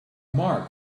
marc